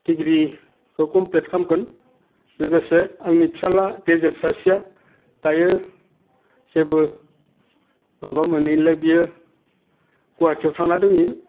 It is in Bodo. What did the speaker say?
डिग्रि खौ खमप्लेट खामगोन लोगोसे आंनि फिसाला गेजेर सासेया दायो जेबो माबा मोनैलाय बियो गुवाहाटीआव थांना दोंहैयो